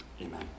Amen